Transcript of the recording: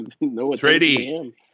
ready